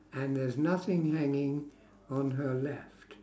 and there's nothing hanging on her left